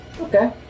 Okay